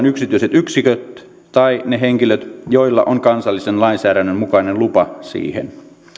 yksityiset yksiköt tai ne henkilöt joilla on kansallisen lainsäädännön mukainen lupa siihen